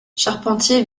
charpentier